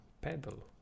pedal